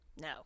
No